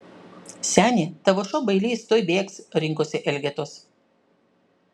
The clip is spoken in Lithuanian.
seni tavo šuo bailys tuoj bėgs rinkosi elgetos